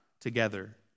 together